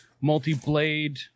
multi-blade